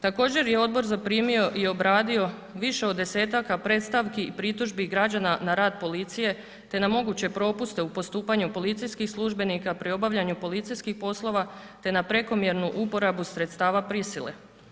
Također je odbor zaprimio i obradio više od 10-taka predstavki i pritužbi građana na rad policije te na moguće propuste u postupanju policijskih službenika pri obavljanju policijskih poslova te na prekomjernu uporabu sredstava prisile.